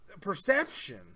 perception